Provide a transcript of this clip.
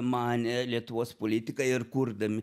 manė lietuvos politikai ir kurdami